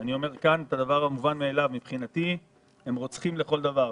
אני אומר כאן את הדבר המובן מאליו: מבחינתי הם רוצחים לכל דבר,